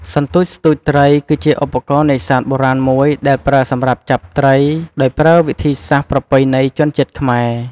សន្ទួចស្ទួចត្រី គឺជាឧបករណ៍នេសាទបុរាណមួយដែលប្រើសម្រាប់ចាប់ត្រី ដោយប្រើវិធីសាស្ត្រប្រពៃណីជនជាតិខ្មែរ។